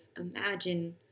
Imagine